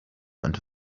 into